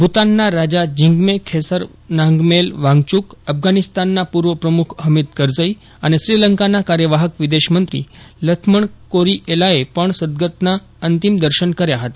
ભૂતાનના રાજા જીગ્યે ખેસર નામગ્યેલ વાંગ્યુક અકૃષાનિસ્તાન પૂર્વ પ્રમુખ હમીદ કરઝાઈ અને શ્રીલંકાના કાર્યવાહક વિદેશમંત્રી લથમણ કીરીએલાએ પણ સદગતના અંતિમ દર્શન કર્યા હતા